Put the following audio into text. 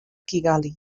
kigali